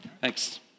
Thanks